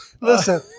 Listen